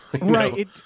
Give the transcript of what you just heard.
Right